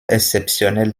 exceptionnelle